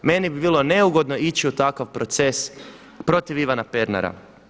Meni bi bilo neugodno ići u takav proces protiv Ivana Pernara.